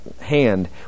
hand